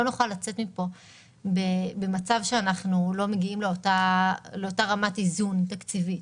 לא נוכל לצאת מפה במצב שאנחנו לא מגיעים לאותה רמת איזון תקציבית.